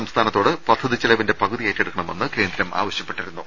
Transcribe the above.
സംസ്ഥാനത്തോട് പദ്ധതി ചെലവിന്റെ പകുതി ഏറ്റെടുക്കണമെന്ന് കേന്ദ്രം ആവശ്യപ്പെട്ടിരു ന്നു